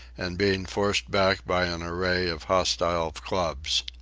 and being forced back by an array of hostile clubs.